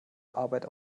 arbeit